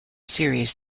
series